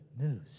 news